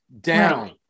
down